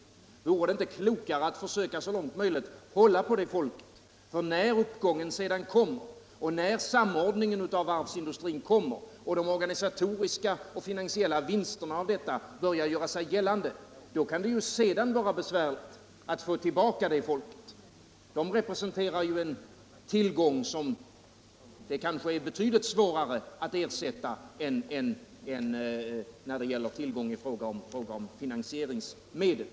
Vore det inte klokare att försöka så långt möjligt att hålla kvar det folket. När uppgången sedan kommer och när samordningen av varvsindustrin kommer och de organisatoriska och finansiella vinsterna av detta börjar göra sig gällande, kan det vara besvärligt att få tillbaka det folket. Människorna representerar ju en tillgång som kanske är betydligt svårare att ersätta än tillgången på finansieringsmedel.